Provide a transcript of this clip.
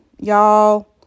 y'all